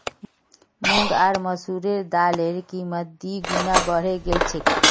मूंग आर मसूरेर दालेर कीमत दी गुना बढ़े गेल छेक